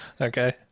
Okay